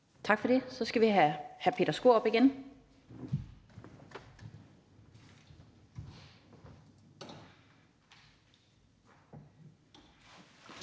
Tak for det. Så skal vi have hr. Peter Skaarup igen.